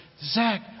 Zach